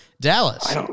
Dallas